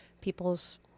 people's